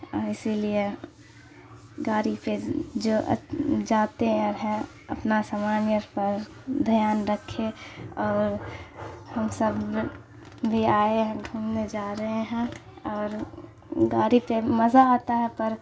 اور اسی لیے گاڑی پہ جو جاتے اور ہیں اپنا سامان پر دھیان رکھے اور ہم سب بھی آئے ہیں گھومنے جا رہے ہیں اور گاڑی پہ مزہ آتا ہے پر